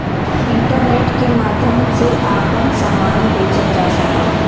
internet के माध्यम से आपन सामान बेचल जा सकला